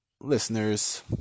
listeners